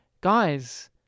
guys